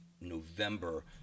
november